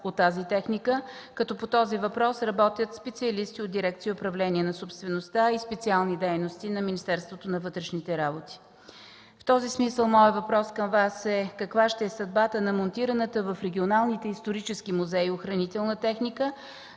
от тази техника, като по този въпрос работят специалисти от дирекция „Управление на собствеността и специални дейности на МВР”. В този смисъл моят въпрос към Вас е: каква ще е съдбата на монтираната в регионалните исторически музеи охранителна техника